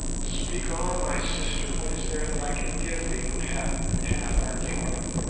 speak on, my sister what is there that i can give thee who hath half our kingdom